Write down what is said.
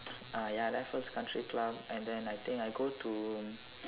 ah ya Raffles country club and then I think I go to